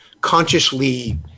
consciously